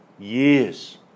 Years